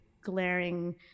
glaring